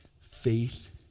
Faith